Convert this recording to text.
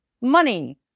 money